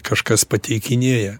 kažkas pateikinėja